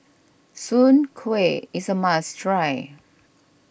Soon Kuih is a must try